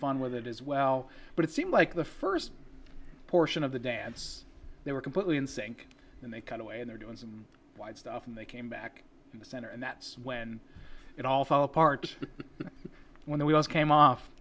fun with it as well but it seemed like the first portion of the dance they were completely in sync and they kind of way in there doing some white stuff and they came back in the center and that's when it all fell apart when the wheels came off